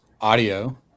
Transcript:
audio